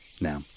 Now